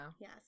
Yes